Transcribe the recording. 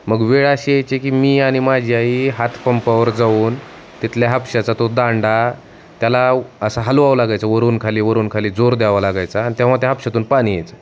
मग वेळ अशी यायची की मी आणि माझी आई हातपंपावर जाऊन तिथल्या हापश्याचा तो दांडा त्याला असा हलवावा लागायचा वरून खाली वरून खाली जोर द्यावा लागाचा आणि तेव्हा त्या हापश्याातून पाणी यायचं